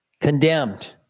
condemned